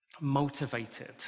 motivated